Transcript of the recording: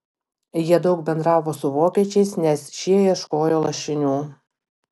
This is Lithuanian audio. jie daug bendravo su vokiečiais nes šie ieškojo lašinių